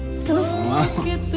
so much.